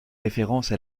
référence